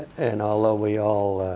and although we all